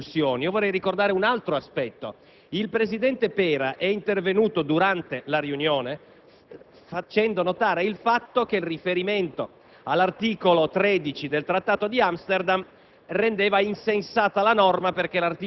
cosiddetto decreto espulsioni, vorrei ricordare un altro aspetto. Il presidente Pera era intervenuto durante la seduta facendo notare che il riferimento all'articolo 13 del Trattato di Amsterdam